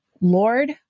Lord